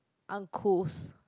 uncouth